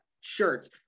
shirts